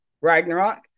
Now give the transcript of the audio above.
Ragnarok